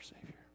Savior